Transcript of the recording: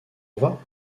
revoir